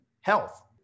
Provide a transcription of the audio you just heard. health